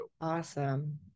Awesome